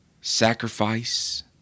sacrifice